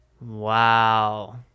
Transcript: Wow